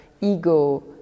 ego